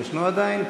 ישנו עדיין?